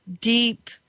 deep